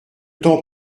temps